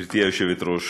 גברתי היושבת-ראש,